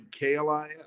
KLIF